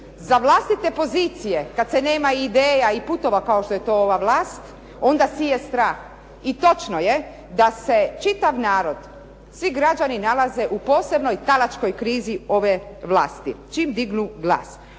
sa vlastite pozicije kada se nema ideja i putova kao što je to ova vlast, onda sije strah. I točno je da se čitav narod, svi građani nalaze u posebnoj tkalačkoj krizi ove vlasti, čim dignu glas.